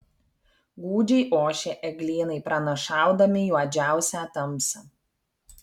gūdžiai ošė eglynai pranašaudami juodžiausią tamsą